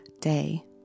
day